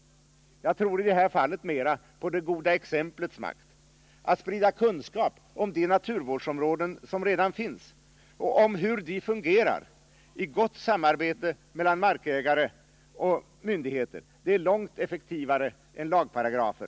Jag tror i det här fallet mera på det goda exemplets makt. Att sprida kunskap om de naturvårdsområden som redan finns och hur de fungerar i gott samarbete mellan markägare och myndigheter är långt effektivare än lagparagrafer.